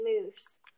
moves